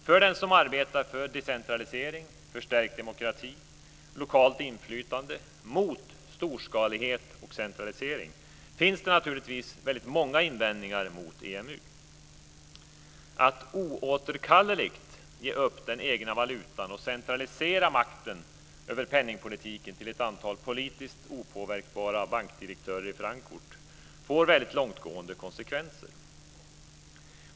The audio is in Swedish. För den som arbetar för decentralisering, förstärkt demokrati och lokalt inflytande mot storskalighet och centralisering finns det naturligtvis väldigt många invändningar mot EMU. Att oåterkalleligt ge upp den egna valutan och centralisera makten över penningpolitiken till ett antal politiskt opåverkbara bankdirektörer i Frankfurt får väldigt långtgående konsekvenser.